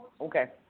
Okay